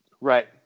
Right